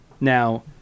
Now